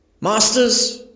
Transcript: Masters